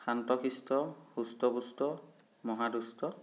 শান্ত শিষ্ট হৃষ্ট পুষ্ট মহাদুষ্ট